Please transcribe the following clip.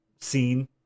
scene